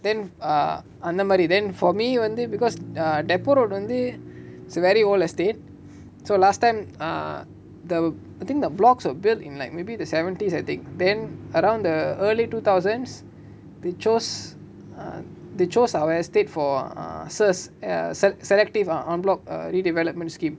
then uh அந்தமாரி:anthamari then for me வந்து:vanthu because err depot road வந்து:vanthu is a very old estate so last time uh the I think the blocks were built in like maybe the seventies had they been around the early two thousands they chose they chose our estate for err S_E_R_S err self selective en bloc re-development scheme